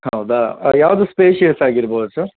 ಹೌದಾ ಯಾವುದು ಸ್ಪೇಸಿಯಸ್ ಆಗಿರ್ಬೋದು ಸರ್